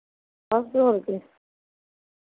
बस होर केह्